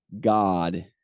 God